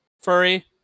furry